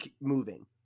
moving